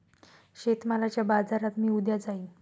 शेतमालाच्या बाजारात मी उद्या जाईन